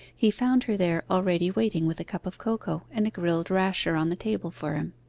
he found her there already waiting with a cup of cocoa and a grilled rasher on the table for him.